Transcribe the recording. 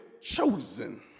chosen